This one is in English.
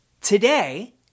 Today